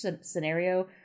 scenario